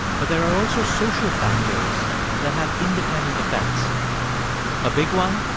but there are also social factors that have independent effects a big one,